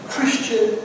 Christian